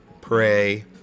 pray